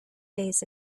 days